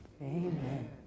Amen